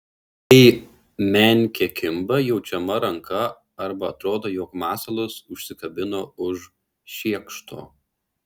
kai menkė kimba jaučiama ranka arba atrodo jog masalas užsikabino už šiekšto